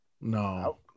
No